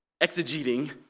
exegeting